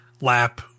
lap